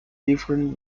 different